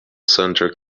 sumter